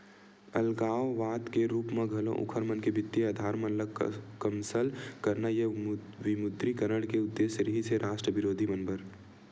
अलगाववाद के रुप म घलो उँखर मन के बित्तीय अधार मन ल कमसल करना ये विमुद्रीकरन के उद्देश्य रिहिस हे रास्ट बिरोधी मन बर